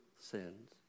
sins